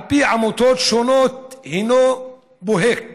על פי עמותות שונות, הינו במובהק